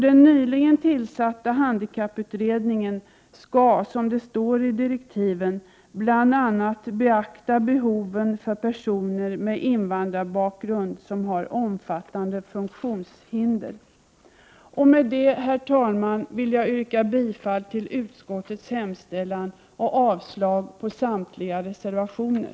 Den nyligen tillsatta handikapputredningen skall, som det står i direktiven, bl.a. beakta behoven för personer med invandrarbakgrund som har omfattande funktionshinder. Med detta, herr talman, vill jag yrka bifall till utskottets hemställan och avslag på samtliga reservationer.